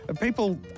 People